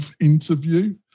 interview